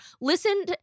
listen